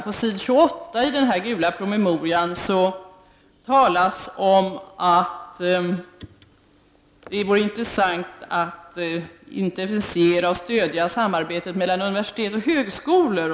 På s. 28 i denna gula promemoria talas om att det vore intressant att intensifiera och stödja samarbete mellan universitet och högskolor.